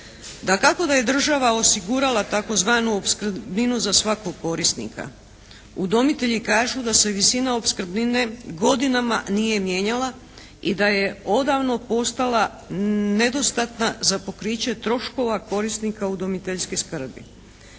Dakako da je država osigurala tzv. opskrbninu za svakog korisnika. Udomitelji kažu da se visina opskrbnine godinama nije mijenjala i da je odavno postala nedostatna za pokriće troškova korisnika udomiteljske skrbi.